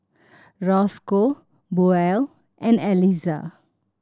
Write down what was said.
Rosco Buell and Elizah